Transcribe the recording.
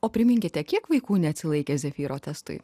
o priminkite kiek vaikų neatsilaikė zefyro testui